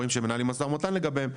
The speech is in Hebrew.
שאתם רואים שעכשיו מתנהל משא ומתן לגביהם,